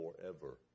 forever